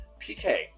PK